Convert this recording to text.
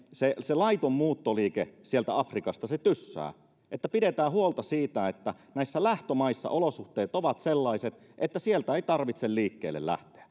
se se laiton muuttoliike sieltä afrikasta tyssää että pidetään huolta siitä että näissä lähtömaissa olosuhteet ovat sellaiset että sieltä ei tarvitse liikkeelle lähteä